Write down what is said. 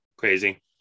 crazy